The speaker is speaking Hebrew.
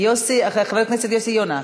חבר הכנסת יוסי יונה,